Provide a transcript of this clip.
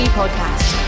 podcast